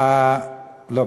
לא,